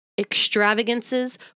Extravagances